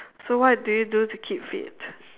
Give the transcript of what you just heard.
so what do you do to keep fit